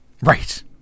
Right